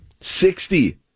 Sixty